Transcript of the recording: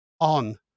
on